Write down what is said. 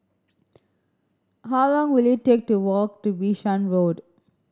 how long will it take to walk to Bishan Road